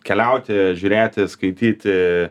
keliauti žiūrėti skaityti